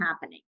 happening